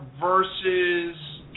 versus